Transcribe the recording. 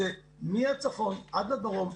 מהצפון עד הדרום,